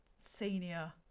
senior